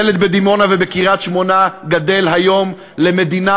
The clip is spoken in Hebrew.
ילד בדימונה ובקריית-שמונה גדל היום במדינה